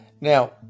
Now